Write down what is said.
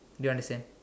you understand